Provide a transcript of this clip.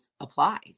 applies